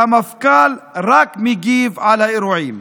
והמפכ"ל רק מגיב על האירועים.